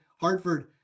Hartford